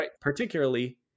particularly